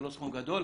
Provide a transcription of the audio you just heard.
זה לא סכום גדול.